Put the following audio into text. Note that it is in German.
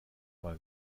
mal